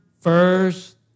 first